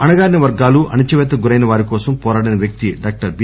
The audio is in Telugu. అణగారిన వర్గాలు అణచిపేతకు గురైన వారి కోసం పోరాడిన వ్యక్తి డాక్టర్ బి